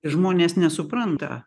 ir žmonės nesupranta